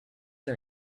her